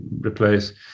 replace